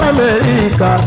America